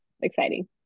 exciting